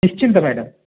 ନିଶ୍ଚିନ୍ତ ମ୍ୟାଡ଼ମ୍